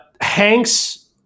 Hanks